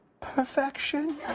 perfection